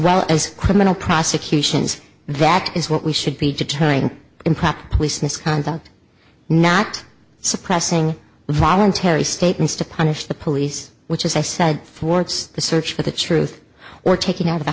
well as criminal prosecutions that is what we should be deterring improper police misconduct not suppressing voluntary statements to punish the police which as i said words the search for the truth or tak